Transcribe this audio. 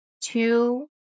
two